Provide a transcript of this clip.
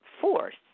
force